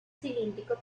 cilíndrico